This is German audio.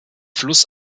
fluss